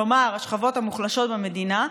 כלומר השכבות המוחלשות במדינה,